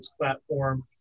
Platform